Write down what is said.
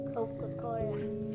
Coca-Cola